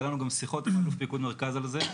והיו לנו גם שיחות עם אלוף פיקוד מרכז על זה,